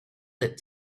that